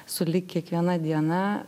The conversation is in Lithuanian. sulig kiekviena diena